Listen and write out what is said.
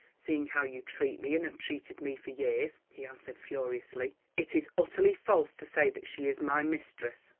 seeing how you treat me and have treated me for years? he answered furiously. it is utterly false to say that she is my mistress.